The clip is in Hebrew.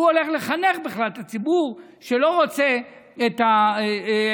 שהוא הולך לחנך בכלל את הציבור שלא רוצה את האינטרנט,